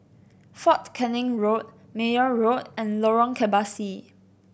Fort Canning Road Meyer Road and Lorong Kebasi